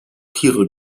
tiere